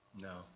No